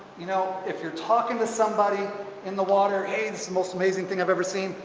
you know if you're talking to somebody in the water hay this most amazing thing i've ever seen,